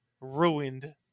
ruined